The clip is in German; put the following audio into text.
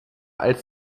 als